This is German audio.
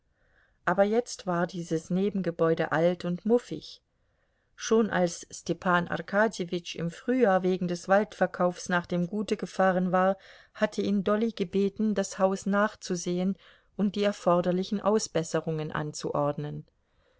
aber jetzt war dieses nebengebäude alt und muffig schon als stepan arkadjewitsch im frühjahr wegen des waldverkaufs nach dem gute gefahren war hatte ihn dolly gebeten das haus nachzusehen und die erforderlichen ausbesserungen anzuordnen